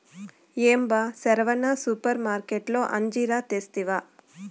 ఏం బా సెరవన సూపర్మార్కట్లో అంజీరా తెస్తివా